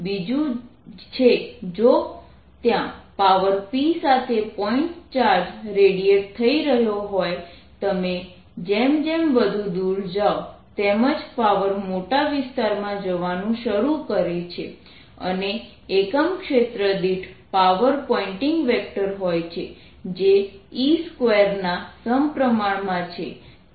બીજું છે જો ત્યાં પાવર p સાથે પોઇન્ટ ચાર્જ રેડીએટ થઈ રહ્યો હોય તમે જેમ જેમ વધુ દૂર જાઓ તે જ પાવર મોટા વિસ્તારમાં જવાનું શરૂ કરે છે અને એકમ ક્ષેત્ર દીઠ પાવર પોઇન્ટિંગ વેક્ટર હોય છે જે E2ના સમપ્રમાણમાં છે